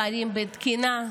פערים בתקינה,